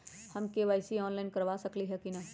हम KYC online करवा सकली ह कि न?